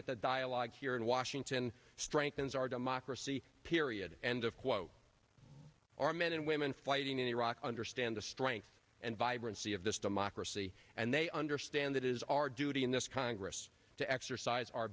that the dialogue here in washington strengthens our democracy period end of quote our men and women fighting in iraq understand the strength and vibrancy of this democracy and they understand it is our duty in this congress to exercise